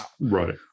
right